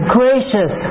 gracious